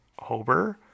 Hober